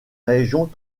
régions